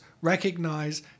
recognize